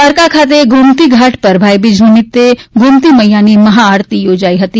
દ્વારકા ખાતે ગોમતી ઘાટ પર ભાઈબીજ નિમિત્તે ગોમતી મૈયાની મહાઆરતી યોજાઈ હતી